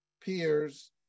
peers